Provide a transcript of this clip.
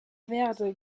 verde